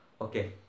okay